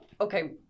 okay